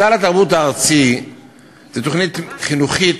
סל התרבות הארצי הוא תוכנית חינוכית